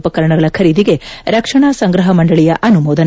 ಉಪಕರಣಗಳ ಖರೀದಿಗೆ ರಕ್ಷಣಾ ಸಂಗ್ರಹ ಮಂಡಳಿಯ ಅನುಮೋದನೆ